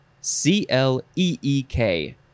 C-L-E-E-K